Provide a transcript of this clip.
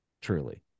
truly